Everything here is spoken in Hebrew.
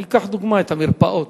אני אקח לדוגמה את המרפאות.